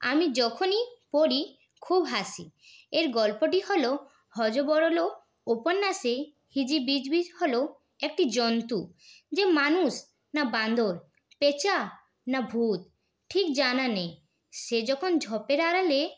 আমি যখনই পড়ি খুব হাসি এর গল্পটি হল হযবরল উপন্যাসে হিজিবিজবিজ হল একটু জন্তু যে মানুষ না বাঁদর পেঁচা না ভূত ঠিক জানা নেই সে যখন ঝোপের আড়ালে